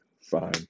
fine